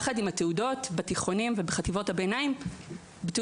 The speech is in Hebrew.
ביחד עם חלוקת התעודות בחטיבות הביניים ובתיכונים,